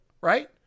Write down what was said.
right